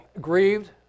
grieved